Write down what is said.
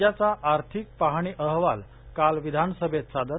राज्याचा आर्थिक पाहणी अहवाल काल विधानसभेत सादर